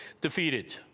defeated